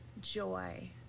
joy